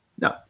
No